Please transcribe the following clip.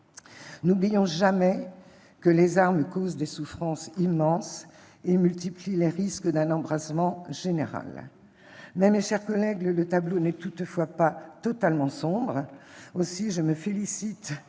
N'oublions jamais que les armes causent des souffrances immenses et multiplient les risques d'un embrasement général. Mes chers collègues, le tableau n'est toutefois pas totalement sombre. Ainsi, je me félicite